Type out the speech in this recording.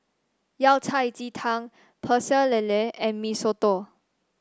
Yao Cai Ji Tang Pecel Lele and Mee Soto